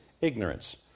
ignorance